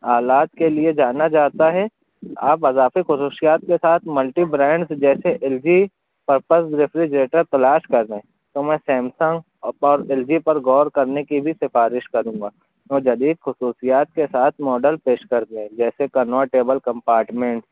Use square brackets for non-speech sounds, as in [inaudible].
آلات کے لیے جانا جاتا ہے آپ اضافی خصوصیات کے ساتھ ملٹی برینڈس جیسے ایل جی پرپز ریفریجیریٹر تلاش کر رہے ہیں تو میں سیمسنگ اور ایل جی پر غور کرنے کی بھی شفارش کروں گا اور جدید خصوصیات کے ساتھ ماڈل پیش کر [unintelligible] جیسے کنورٹیبل کمپارٹمینٹ